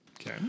Okay